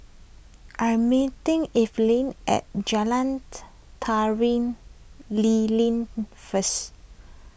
I am meeting Evelyn at Jalan Tari Lilin first